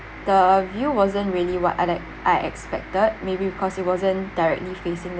the view wasn't really what like I expected maybe because it wasn't directly facing the